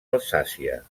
alsàcia